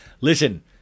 Listen